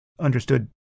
understood